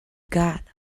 got